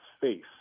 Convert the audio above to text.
face